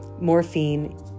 Morphine